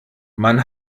man